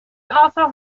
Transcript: also